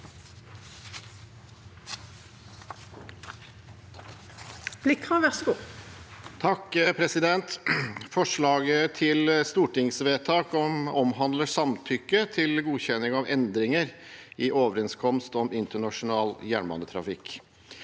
sakene): Forslaget til stortingsvedtak omhandler samtykke til godkjenning av endringer i overenskomst om internasjonal jernbanetrafikk.